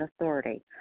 authority